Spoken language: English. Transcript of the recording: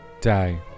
die